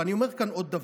ואני אומר כאן עוד דבר: